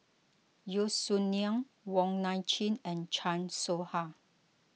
Yeo Song Nian Wong Nai Chin and Chan Soh Ha